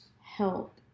help